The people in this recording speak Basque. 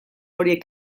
horiek